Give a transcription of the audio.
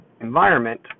environment